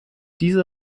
diese